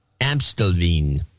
Amstelveen